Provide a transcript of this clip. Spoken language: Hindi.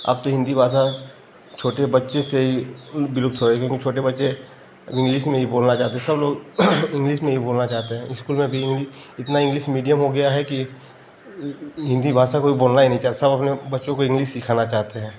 अब तो हिन्दी भाषा छोटे बच्चे से ही विलुप्त हो रही क्योंकि छोटे बच्चे इंग्लिस में ही बोलना चाहते सब लोग इंग्लिस में ही बोलना चाहते हैं इस्कूल में भी इंग्लिस इतना इंग्लिस मीडियम हो गया है कि हिन्दी भाषा कोई बोलना ही नहीं चाहता सब अपने बच्चों को इंग्लिस सिखाना चाहते हैं